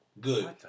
Good